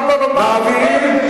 מעבירים,